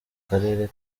karere